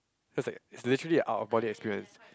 cause like it's literally out of our body experience